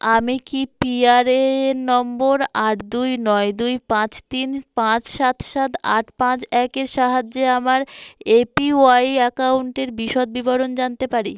আমি কি PRAN number আট দুই নয় দুই পাঁচ তিন পাঁচ সাত সাত আট পাঁচ এক এর সাহায্যে আমার এপিওয়াই অ্যাকাউন্টের বিশদ বিবরণ জানতে পারি